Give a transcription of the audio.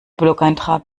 blogeintrag